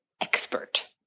expert